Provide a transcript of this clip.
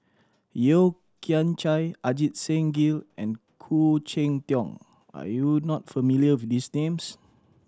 Yeo Kian Chye Ajit Singh Gill and Khoo Cheng Tiong are you not familiar with these names